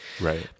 Right